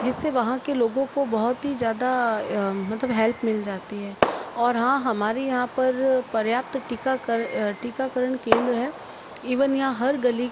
जिस से वहाँ के लोगों को बहुत ही ज़्यादा मतलब हेल्प मिल जाती है और हाँ हमारे यहाँ पर पर्याप्त टिका कर टीकाकरण केंद्र है इवन यहाँ हर गली